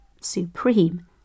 supreme